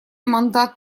мандат